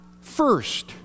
first